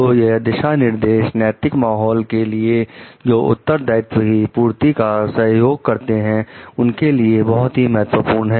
तो यह दिशानिर्देश नैतिक माहौल के लिए जो उत्तरदायित्व की पूर्ति का सहयोग करते हैं उनके लिए बहुत ही महत्वपूर्ण है